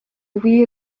wir